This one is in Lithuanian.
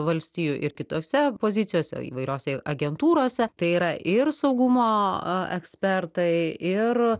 valstijų ir kitose pozicijose įvairiose agentūrose tai yra ir saugumo ekspertai ir